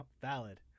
valid